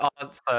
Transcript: answer